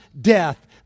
death